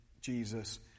Jesus